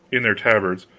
in their tabards,